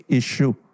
issue